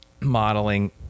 modeling